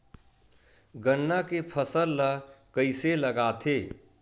गन्ना के फसल ल कइसे लगाथे?